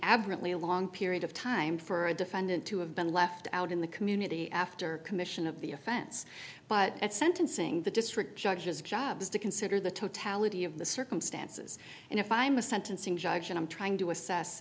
absolutely a long period of time for a defendant to have been left out in the community after commission of the offense but at sentencing the district judges job is to consider the totality of the circumstances and if i'm a sentencing judge i'm trying to assess